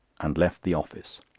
and left the office.